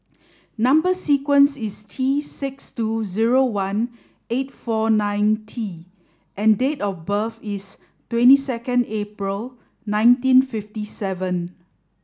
number sequence is T six two zero one eight four nine T and date of birth is twenty second April nineteen fifty seven